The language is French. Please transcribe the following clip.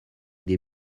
des